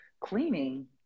cleaning